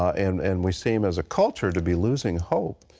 and and we seem as a culture to be losing hope.